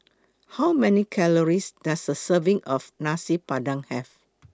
How Many Calories Does A Serving of Nasi Padang Have